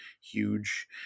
huge